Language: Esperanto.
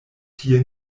tie